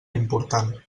important